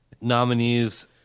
nominees